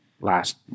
last